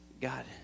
God